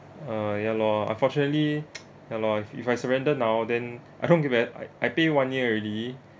ah ya loh unfortunately ya loh if I surrender now then I don't get back I I pay one year already